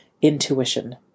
intuition